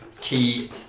key